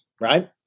right